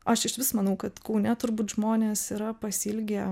aš išvis manau kad kaune turbūt žmonės yra pasiilgę